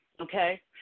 okay